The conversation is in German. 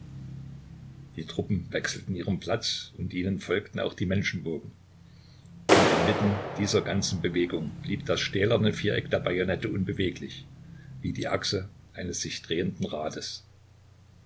die truppen wechselten ihren platz und ihnen folgten auch die menschenwogen und inmitten dieser ganzen bewegung blieb das stählerne viereck der bajonette unbeweglich wie die achse eines sich drehenden rades